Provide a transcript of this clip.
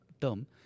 term